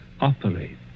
operate